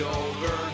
over